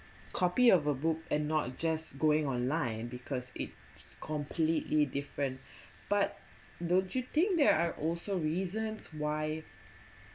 copy of a book and not just going online because it completely different but don't you think there are also reasons why